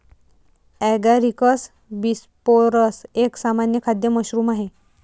Agaricus bisporus एक सामान्य खाद्य मशरूम आहे